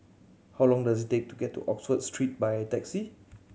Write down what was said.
how long does it take to get to Oxford Street by taxi